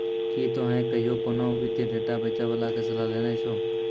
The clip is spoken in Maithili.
कि तोहें कहियो कोनो वित्तीय डेटा बेचै बाला के सलाह लेने छो?